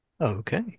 Okay